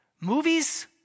Movies